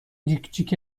جیکجیک